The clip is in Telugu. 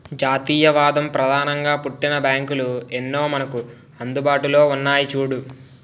జాతీయవాదం ప్రధానంగా పుట్టిన బ్యాంకులు ఎన్నో మనకు అందుబాటులో ఉన్నాయి చూడు